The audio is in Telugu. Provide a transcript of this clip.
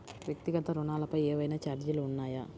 వ్యక్తిగత ఋణాలపై ఏవైనా ఛార్జీలు ఉన్నాయా?